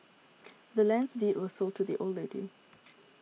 the land's deed was sold to the old lady